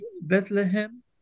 Bethlehem